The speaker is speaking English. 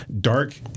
Dark